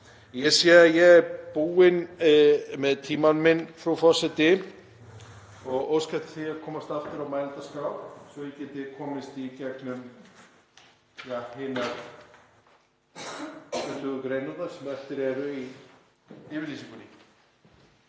Ég sé að ég er búinn með tímann minn, frú forseti, og óska eftir því að komast aftur á mælendaskrá svo ég geti komist í gegnum hinar 20 greinarnar sem eftir eru í yfirlýsingunni.